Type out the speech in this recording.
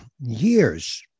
years